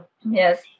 Yes